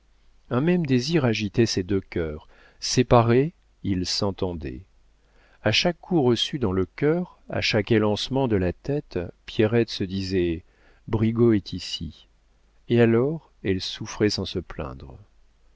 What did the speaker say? un même désir agitait ces deux cœurs séparés ils s'entendaient a chaque coup reçu dans le cœur à chaque élancement de la tête pierrette se disait brigaut est ici et alors elle souffrait sans se plaindre